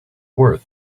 worth